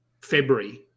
February